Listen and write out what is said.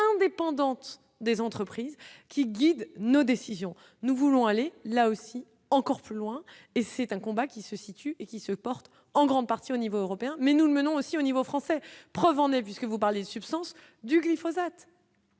indépendante des entreprises qui guident nos décisions, nous voulons aller là aussi encore plus loin et c'est un combat qui se situe et qui se portent en grande partie au niveau européen mais nous menons aussi au niveau français, preuve en est, vu ce que vous parlez substance du glyphosate.